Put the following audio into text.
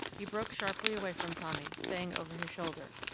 he broke sharply away from tommy, saying over his shoulder,